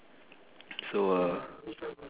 so uh